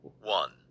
One